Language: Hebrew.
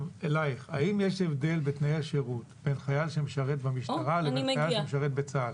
האם יש הבדל בתנאי השירות בין חייל שמשרת במשטרה לבין חייל שמשרת בצה"ל.